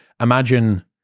imagine